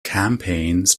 campaigns